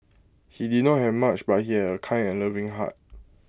he did not have much but he had A kind and loving heart